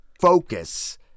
focus